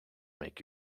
make